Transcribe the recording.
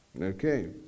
Okay